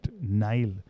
Nile